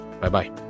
Bye-bye